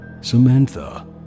Samantha